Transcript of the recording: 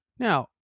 Now